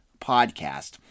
podcast